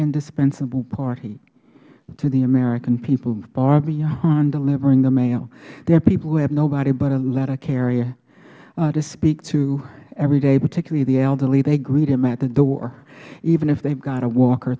indispensable party to the american people far beyond delivering the mail there are people who have nobody but a letter carrier to speak to every day particularly the elderly they greet him at the door even if they have a walker